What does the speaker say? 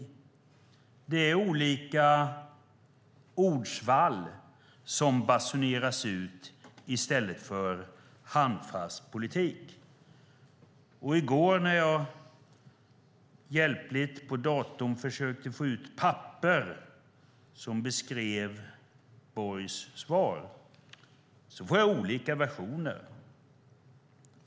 Det är olika ordsvall som basuneras ut i stället för handfast politik. I går när jag på datorn försökte få ut papper som beskrev Borgs svar fick jag olika versioner.